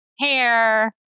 hair